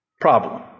Problem